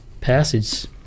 passage